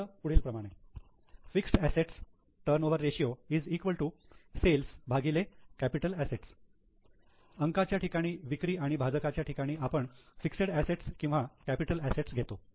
cells fixed assets turnover ratio capital assets अंकाच्या ठिकाणी विक्री आणि भाजकाच्या ठिकाणी आपण फिक्सेड असेट्स किंवा कॅपिटल असेट्स घेतो